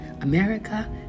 America